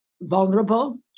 vulnerable